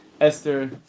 Esther